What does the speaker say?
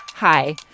Hi